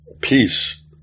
peace